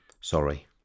Sorry